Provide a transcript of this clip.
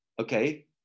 okay